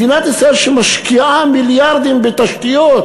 מדינת ישראל שמשקיעה מיליארדים בתשתיות